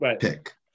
pick